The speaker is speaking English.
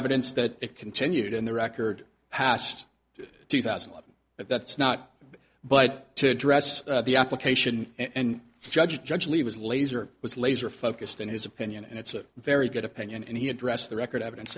evidence that it continued in the record hast two thousand but that's not but to address the application and judge judge lee was laser was laser focused in his opinion and it's a very good opinion and he addressed the record evidence